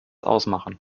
ausmachen